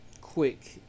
Quick